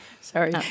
Sorry